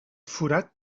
forat